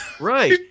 Right